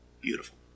beautiful